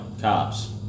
cops